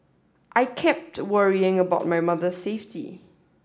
I kept worrying about my mother's safety